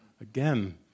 Again